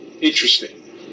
interesting